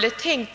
Enda möjligheten